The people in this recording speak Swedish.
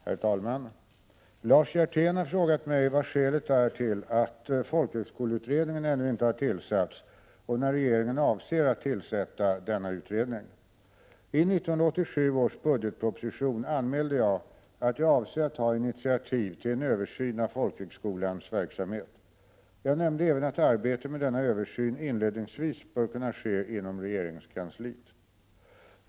Herr talman! Lars Hjertén har frågat mig vad skälet är till att folkhögskoleutredningen ännu inte har tillsatts och när regeringen avser att tillsätta denna utredning. 11987 års budgetproposition anmälde jag att jag avser att ta initiativ tillen — Prot. 1987/88:33 översyn av folkhögskolans verksamhet. Jag nämnde även att arbetet med 27 november 1987 denna översyn inledningsvis bör kunna ske inom regeringskansliet.